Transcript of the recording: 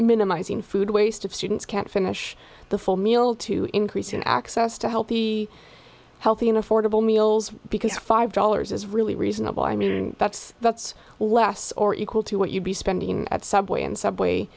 minimizing food waste of students can finish the full meal to increasing access to healthy healthy and affordable meals because five dollars is really reasonable i mean that's that's less or equal to what you'd be spending at subway and subway